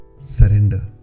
surrender